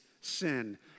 sin